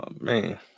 man